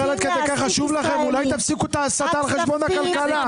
כל כך חשוב לכם אולי תפסיקו את ההסתה על חשבון הכלכלה?